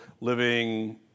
living